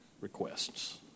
requests